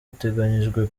uteganyijwe